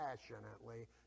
passionately